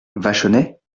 vachonnet